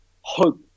hope